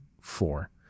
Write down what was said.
four